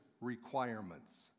requirements